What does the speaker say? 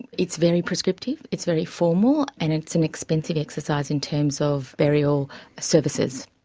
it's very prescriptive, it's very formal, and it's an expensive exercise in terms of burial services,